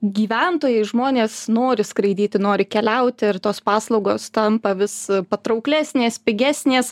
gyventojai žmonės nori skraidyti nori keliauti ir tos paslaugos tampa vis patrauklesnės pigesnės